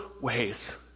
ways